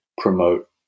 promote